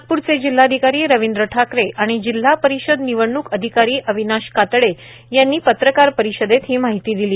नागपूरचे जिल्हाधिकारी रवींद्र ठाकरे आणि जिल्हा परिषद निवडणूक अधिकारी अविनाश कातडे यांनी पत्रकार परिषदेत ही माहिती दिली